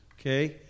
okay